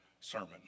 sermon